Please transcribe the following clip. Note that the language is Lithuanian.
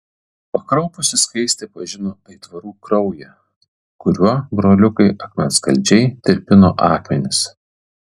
pakraupusi skaistė pažino aitvarų kraują kuriuo broliukai akmenskaldžiai tirpino akmenis